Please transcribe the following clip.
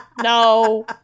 no